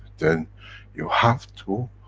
then you have to,